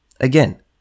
Again